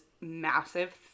massive